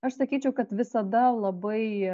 aš sakyčiau kad visada labai